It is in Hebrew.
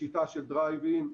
בשיטה של דרייב אין,